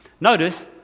Notice